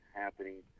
happening